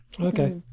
Okay